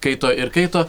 kaito ir kaito